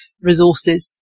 resources